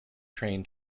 train